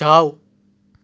જાવ